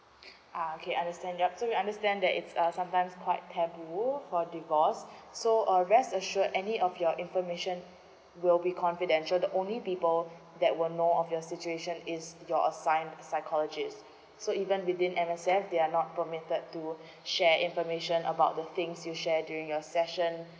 ah okay understand yup so we understand that it's uh sometimes quite taboo for divorce so uh rest assured any of your information will be confidential the only people that were know of your situation is your assigned psychologist so even within M_S_F they are not permitted to share information about the things you share during your session